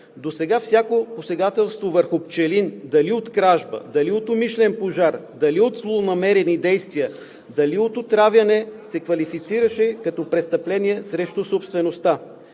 Досега всяко посегателство върху пчелин – дали от кражба, дали от умишлен пожар, дали от злонамерени действия, дали от отравяне, се квалифицираше като престъпление срещу собствеността.